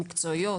מקצועיות,